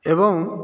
ଏବଂ